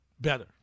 better